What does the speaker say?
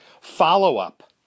follow-up